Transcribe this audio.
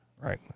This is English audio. right